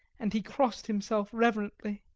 and he crossed himself reverently.